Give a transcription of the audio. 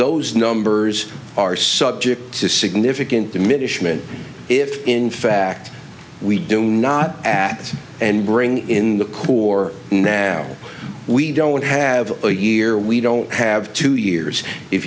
those numbers are subject to significant diminishment if in fact we do not act and bring in the coup or now we don't have a year we don't have two years if